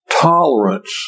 Tolerance